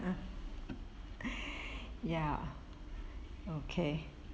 ya okay